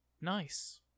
Nice